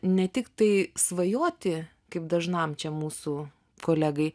ne tik tai svajoti kaip dažnam čia mūsų kolegai